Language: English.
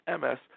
MS